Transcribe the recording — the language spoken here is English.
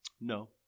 No